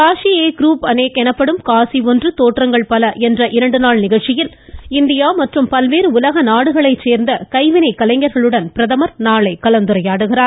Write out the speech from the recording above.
காசி ஏக் ரூப் அனேக் எனப்படும் காசி ஒன்று தோற்றங்கள் பல என்ற இரண்டு நாள் நிகழ்ச்சியில் இந்தியா மற்றும் பல்வேறு உலக நாடுகளைச் சேர்ந்த கைவினைக் கலைஞர்களுடன் பிரதமர் நாளை கலந்துரையாடுகிறார்